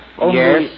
Yes